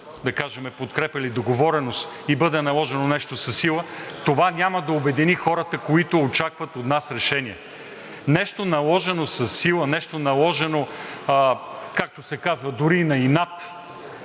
получат подкрепа или договореност и бъде наложено нещо със сила, това няма да обедини хората, които очакват от нас решение. Нещо, наложено със сила, нещо, наложено дори и на инат,